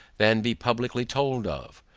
than be publicly told of.